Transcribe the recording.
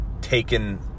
taken